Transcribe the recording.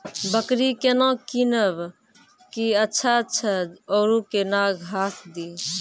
बकरी केना कीनब केअचछ छ औरू के न घास दी?